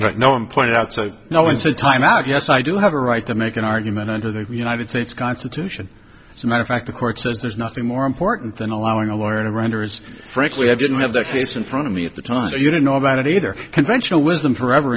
right now i'm pointed out so i know it's a time out yes i do have a right to make an argument under the united states constitution as a matter of fact the court says there's nothing more important than allowing a lawyer to render is frankly i didn't have the case in front of me at the time so you don't know about it either conventional wisdom forever